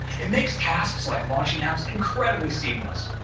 it makes tasks like launching apps incredibly seamless.